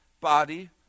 body